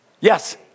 Yes